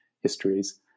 histories